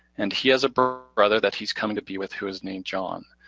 and he has a brother that he's coming to be with who is named john.